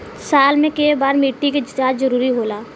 साल में केय बार मिट्टी के जाँच जरूरी होला?